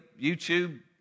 YouTube